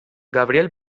gabriel